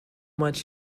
much